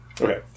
Okay